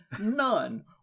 none